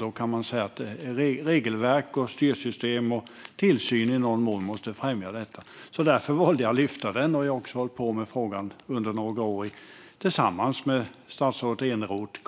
Då måste regelverk, styrsystem och i någon mån tillsyn främja detta. Därför valde jag att lyfta den frågan, och jag har också, kopplat till trafikutskottet, hållit på med den under några år tillsammans med statsrådet Eneroth.